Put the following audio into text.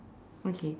okay